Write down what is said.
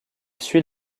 suit